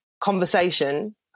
conversation